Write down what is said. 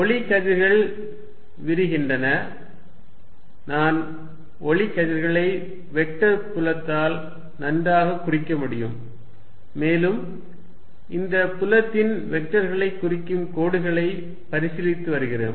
ஒளி கதிர்கள் விரிகின்றன நான் ஒளி கதிர்களை வெக்டர் புலத்தால் நன்றாக குறிக்க முடியும் மேலும் இந்த புலத்தின் வெக்டர்களைக் குறிக்கும் கோடுகளை பரிசீலித்து வருகிறோம்